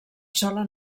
sola